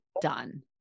done